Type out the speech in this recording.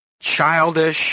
childish